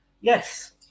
Yes